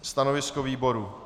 Stanovisko výboru?